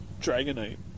Dragonite